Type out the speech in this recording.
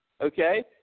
okay